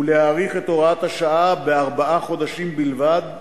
ולהאריך את הוראת השעה בארבעה חודשים בלבד,